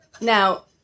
Now